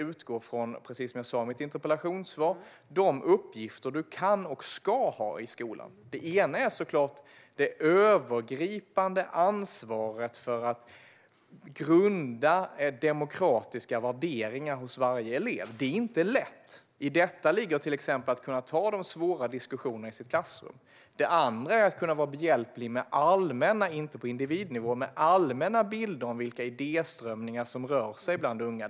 De ska, precis som jag sa i mitt interpellationssvar, utgå från de uppgifter du kan och ska ha i skolan. Det ena är såklart det övergripande ansvaret för att grunda demokratiska värderingar hos varje elev. Det är inte lätt. I detta ligger till exempel att kunna ta de svåra diskussionerna i sitt klassrum. Det andra är att kunna vara behjälplig, inte på individnivå men med allmänna bilder av vilka idéströmningar som rör sig bland unga.